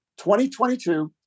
2022